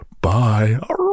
bye